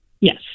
Yes